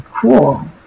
cool